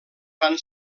fan